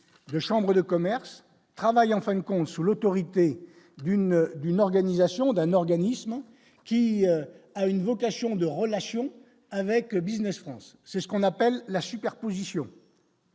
de chambres de commerce en fin de compte, sous l'autorité d'une d'une organisation d'un organisme qui a une vocation de relations avec le Business France c'est ce qu'on appelle la superposition